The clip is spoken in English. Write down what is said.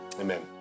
amen